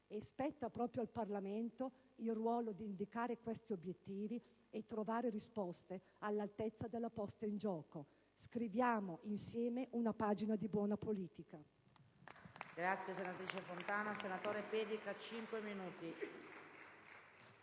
spetta proprio al Parlamento il compito di indicare tali obiettivi e trovare risposte all'altezza della posta in gioco. Scriviamo insieme una pagina di buona politica.